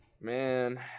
Man